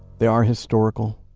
they are historical,